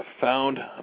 Found